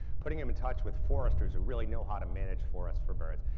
putting them in touch with foresters who really know how to manage forests for birds,